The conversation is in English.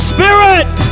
Spirit